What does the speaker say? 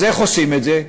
אז איך עושים את זה?